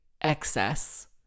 excess